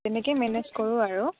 তেনেকেই মেনেজ কৰোঁ আৰু